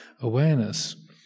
awareness